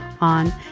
on